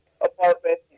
apartment